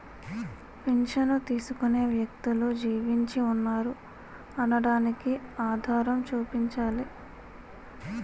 పింఛను తీసుకునే వ్యక్తులు జీవించి ఉన్నారు అనడానికి ఆధారం చూపించాలి